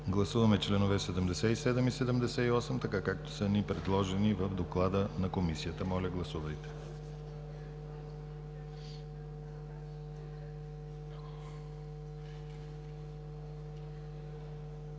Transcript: Гласуваме членове 77 и 78, както са ни предложени в доклада на Комисията. Гласували